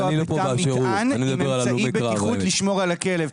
בתא מטען עם אמצעי בטיחות לשמור על הכלב.